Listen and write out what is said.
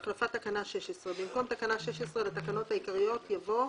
"החלפת תקנה 16 2. במקום תקנה 16 לתקנות העיקריות יבוא: